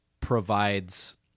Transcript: provides